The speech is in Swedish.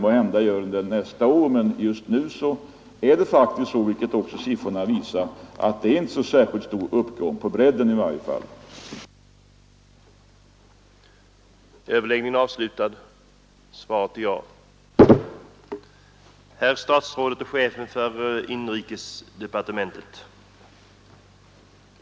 Måhända gör den det nästa år, men just nu är det faktiskt inte — vilket också siffrorna visar — någon särskilt stor uppgång, i varje fall inte på bredden. att trygga sysselsättningen i norra Västernorrland